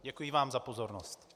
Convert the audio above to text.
Děkuji vám za pozornost.